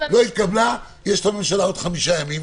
לא התקבלה יש עוד חמישה ימים.